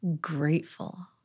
grateful